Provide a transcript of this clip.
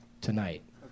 tonight